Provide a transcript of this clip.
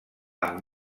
amb